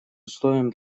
условием